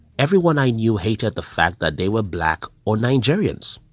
everyone i knew hated the fact that they were black or nigerians.